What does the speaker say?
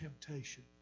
temptation